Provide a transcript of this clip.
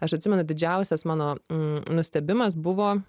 aš atsimenu didžiausias mano nustebimas buvo